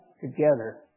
together